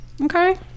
Okay